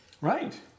Right